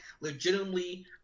legitimately